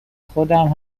خودم